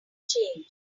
change